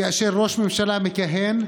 כאשר ראש ממשלה מכהן,